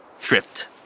tripped